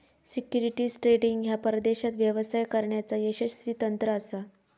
securities trading ह्या परदेशात व्यवसाय करण्याचा यशस्वी तंत्र असा